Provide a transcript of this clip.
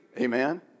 Amen